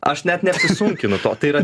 aš net neapsisunkinu to tai yra